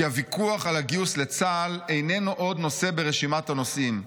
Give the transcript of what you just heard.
כי הוויכוח על הגיוס לצה"ל איננו עוד נושא ברשימת הנושאים.